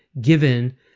given